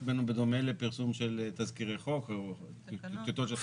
בדומה לפרסום של תזכירי חוק או טיוטות.